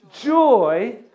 joy